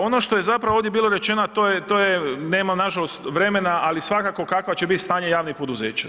Ono što je zapravo ovdje bilo rečeno a to je nemam nažalost vremena ali svakako kakvo će biti stanje javnih poduzeća.